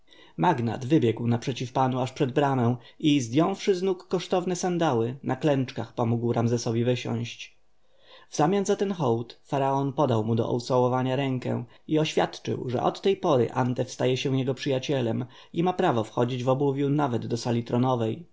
wybiegł naprzeciw panu aż przed bramę i zdjąwszy z nóg kosztowne sandały na klęczkach pomógł ramzesowi wysiąść wzamian za ten hołd faraon podał mu do ucałowania rękę i oświadczył że od tej pory antef staje się jego przyjacielem i ma prawo wchodzić w obuwiu nawet do sali tronowej